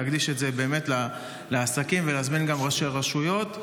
להקדיש את זה לעסקים ולהזמין גם ראשי רשויות.